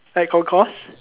I on course